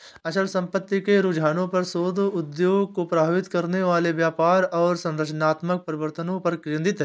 अचल संपत्ति के रुझानों पर शोध उद्योग को प्रभावित करने वाले व्यापार और संरचनात्मक परिवर्तनों पर केंद्रित है